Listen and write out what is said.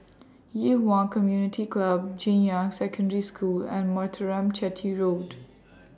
Yi Huan Community Club Junyuan Secondary School and Muthuraman Chetty Road